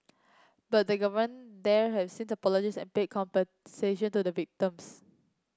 but the governments there have since apologised and paid compensation to the victims